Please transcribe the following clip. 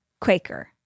Quaker